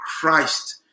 Christ